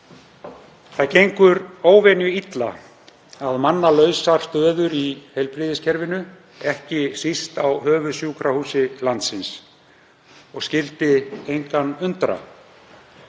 Það gengur óvenjuilla að manna lausar stöður í heilbrigðiskerfinu, ekki síst á höfuðsjúkrahúsi landsins, og skyldi engan undra.